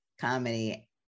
comedy